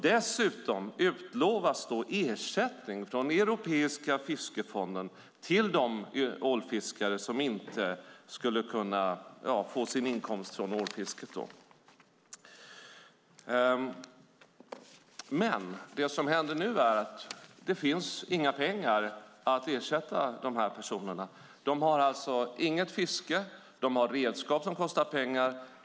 Dessutom utlovas ersättning från den europeiska fiskefonden för de ålfiskare som inte skulle kunna få sin inkomst från ålfisket. Det som nu händer är att det inte finns några pengar för att ersätta dessa personer. De har inget fiske. De har redskap som kostar pengar.